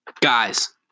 Guys